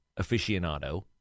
aficionado